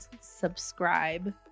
subscribe